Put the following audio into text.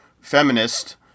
feminist